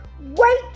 Wait